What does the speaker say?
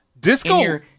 Disco